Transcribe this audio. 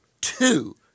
two